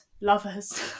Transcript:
lovers